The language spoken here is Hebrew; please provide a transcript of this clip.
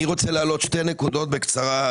אני רוצה להעלות שתי נקודות בקצרה,